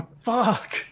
Fuck